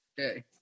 Okay